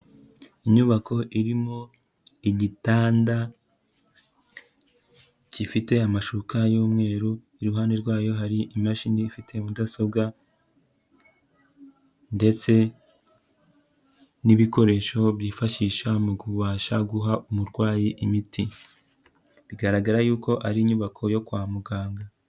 Inyubako irimo igitanda gifite amashuka y'umweru, iruhande rwayo hari imashini ifite mudasobwa ndetse n'ibikoresho byifashishwa mu kubasha guha umurwayi imiti, bigaragara yuko ari inyubako yo kwa muganga.